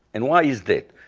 and why is that?